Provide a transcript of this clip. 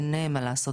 אין מה לעשות.